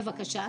בבקשה,